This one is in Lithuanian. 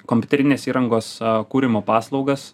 kompiuterinės įrangos kūrimo paslaugas